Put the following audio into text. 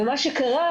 מה שקרה,